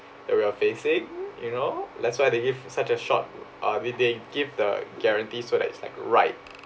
that we are facing you know that's why they give such as short I mean they give the guarantee so that it's like right